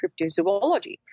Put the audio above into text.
cryptozoology